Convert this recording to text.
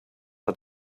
are